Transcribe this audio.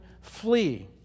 flee